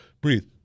breathe